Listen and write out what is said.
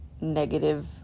negative